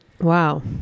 wow